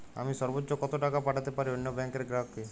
আমি সর্বোচ্চ কতো টাকা পাঠাতে পারি অন্য ব্যাংক র গ্রাহক কে?